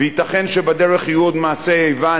וייתכן שבדרך יהיו עוד מעשי איבה,